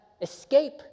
escape